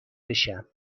بشم